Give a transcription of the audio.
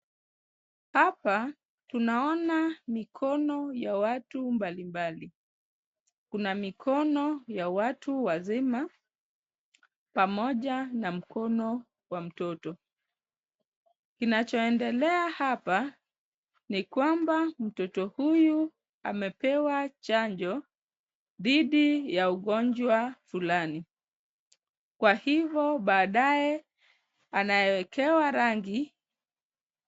Hapa tunaona mikono ya watu mbalimbali, kuna mikono ya watu wazima, pamoja na mkono wa mtoto. Kinachoendelea hapa, ni kwamba mtoto huyu amepewa chanjo dhidi ya ugonjwa fulani. Kwa hivyo baadaye anaekewa rangi.